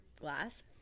glass